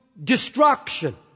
destruction